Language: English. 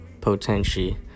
potenti